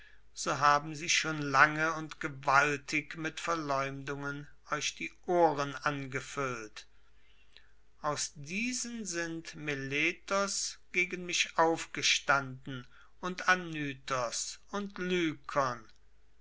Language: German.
so haben sie schon lange und gewaltig mit verleumdungen euch die ohren angefüllt aus diesen sind meletos gegen mich aufgestanden und anytos und